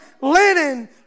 linen